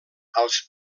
als